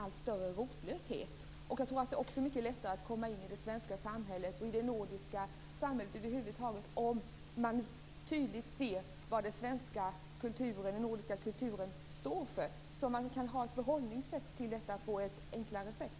Jag tror också att det är mycket lättare att komma in i det svenska samhället, och i det nordiska samhället över huvud taget, om man tydligt ser vad den svenska och den nordiska kulturen står för så att man kan ha ett förhållingssätt till det på ett enklare sätt.